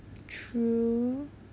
true